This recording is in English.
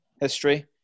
history